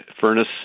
furnace